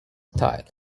teil